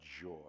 joy